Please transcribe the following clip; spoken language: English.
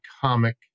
comic